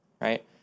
Right